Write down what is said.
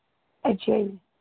ਅੱਛਾ ਜੀ